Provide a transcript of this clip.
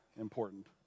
important